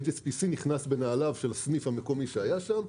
HSBC נכנס לנעליו של הסניף המקומי שהיה שם,